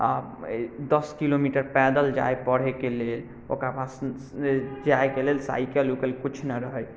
आ दश किलोमीटर पैदल जाइ पढ़ैके लेल ओकरा पास जाइके लेल साइकिल उइकिल किछु नहि रहै